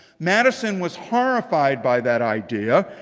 madison was horrified by that idea.